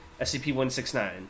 SCP-169